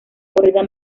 corrida